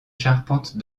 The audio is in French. charpente